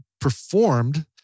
performed